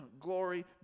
glory